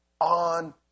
on